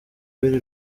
w’iri